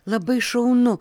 labai šaunu